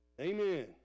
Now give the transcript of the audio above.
Amen